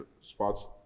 spots